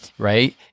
Right